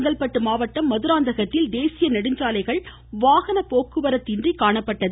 செங்கல்பட்டு மாவட்டம் மதுராந்தகத்தில் தேசிய நெடுஞ்சாலைகள் வாகன போக்குவரத்தின்றி காணப்பட்டது